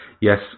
yes